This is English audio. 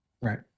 right